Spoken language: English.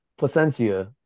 Placencia